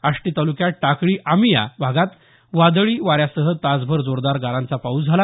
आष्टी तालुक्यात टाकळी आमिया भागात वादळी वाऱ्यासह तासभर जोरदार गारांचा पाऊस झाला